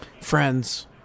friends